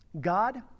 God